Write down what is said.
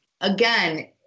again